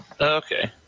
Okay